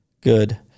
Good